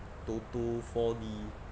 Toto four D